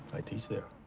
i teach there.